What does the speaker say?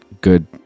good